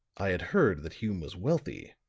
i had heard that hume was wealthy,